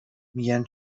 میگن